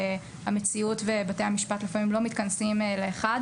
המציאות ובתי המשפט לפעמים לא מתכנסים לאחד